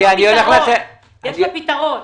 יש לו פתרון.